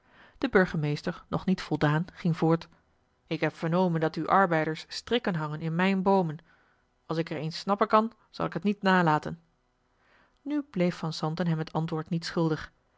de burgemeester nog niet voldaan ging voort ik heb vernomen dat uw arbeiders strikken hangen in mijn boomen als ik er een snappen kan zal ik t niet nalaten nu bleef van zanten hem het antwoord niet schuldig